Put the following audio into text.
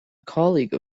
colleague